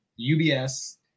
UBS